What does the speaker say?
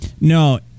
No